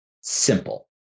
simple